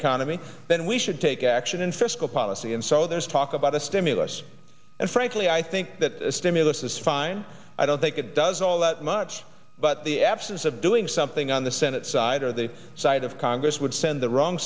economy then we should take action in fiscal policy and so there's talk about a stimulus and frankly i think that stimulus is fine i don't think it does all that much but the absence of doing something on the senate side or the side of congress would send the wrong